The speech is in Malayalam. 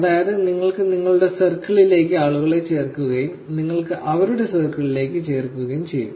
അതിനാൽ നിങ്ങൾ നിങ്ങളുടെ സർക്കിളിലേക്ക് ആളുകളെ ചേർക്കുകയും നിങ്ങൾ അവരുടെ സർക്കിളിലേക്ക് ചേർക്കുകയും ചെയ്യും